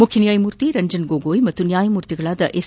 ಮುಖ್ಯನ್ಲಾಯಮೂರ್ತಿ ರಂಜನ್ ಗೊಗೋಯ್ ಮತ್ತು ನ್ಯಾಯಮೂರ್ತಿಗಳಾದ ಎಸ್